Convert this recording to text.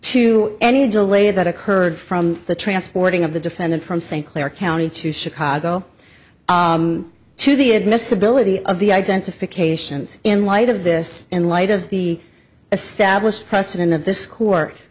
to any delay that occurred from the transporting of the defendant from st clair county to chicago to the admissibility of the identifications in light of this in light of the established precedent of th